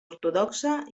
ortodoxa